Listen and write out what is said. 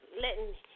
letting